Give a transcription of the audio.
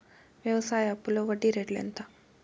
వ్యవసాయ అప్పులో వడ్డీ రేట్లు ఎంత?